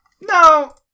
no